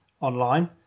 online